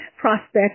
prospect